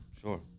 Sure